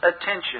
attention